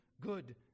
good